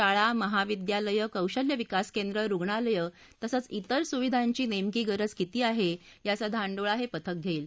शाळा महाविद्यालयं कौशल्य विकास केंद्र रुग्णालयं तसंच तेर सुविधांची नेमकी गरज किती आहे याचा धांडोळा हे पथक घेईल